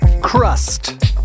crust